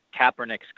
Kaepernick's